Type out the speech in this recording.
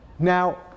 Now